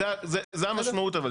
זו המשמעות.